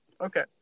Okay